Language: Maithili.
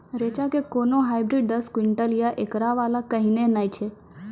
रेचा के कोनो हाइब्रिड दस क्विंटल या एकरऽ वाला कहिने नैय छै?